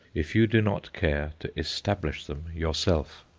if you do not care to establish them yourself.